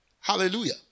Hallelujah